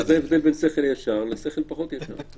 זה ההבדל בין שכל ישר לשכל פחות ישר.